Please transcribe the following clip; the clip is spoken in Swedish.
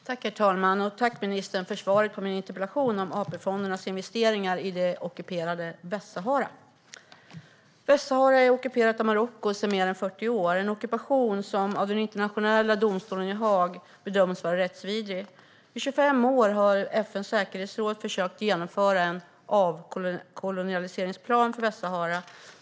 Herr talman! Jag tackar ministern för svaret på min interpellation om AP-fondernas investeringar i det ockuperade Västsahara.I 25 år har FN:s säkerhetsråd försökt genomföra en avkoloniseringsplan för Västsahara.